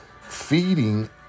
feeding